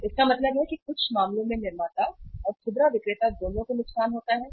तो इसका मतलब है कि कुछ मामलों में निर्माता और खुदरा विक्रेता दोनों को नुकसान होता है